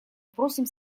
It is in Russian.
просим